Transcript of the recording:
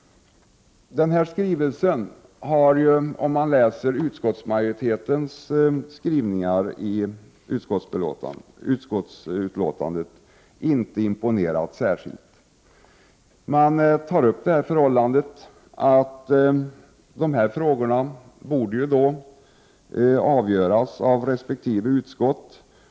Av utskottsmajoritetens skrivningar i utskottsbetänkandet framgår det att regeringens skrivelse inte har imponerat särskilt mycket. Man tar upp förhållandet att dessa frågor borde avgöras av resp. utskott.